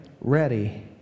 ready